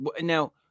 Now